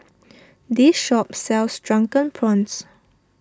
this shop sells Drunken Prawns